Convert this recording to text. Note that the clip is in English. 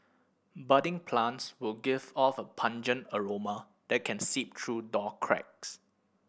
budding plants will give off a pungent aroma that can seep through door cracks